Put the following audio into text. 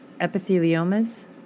epitheliomas